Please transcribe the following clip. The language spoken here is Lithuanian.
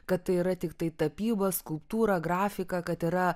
kad tai yra tiktai tapybą skulptūrą grafiką kad yra